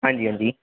हांजी हांजी